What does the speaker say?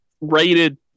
rated